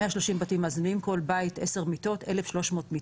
130 בתים מאזנים, כל בית 10 מיטות, 1,300 מיטות.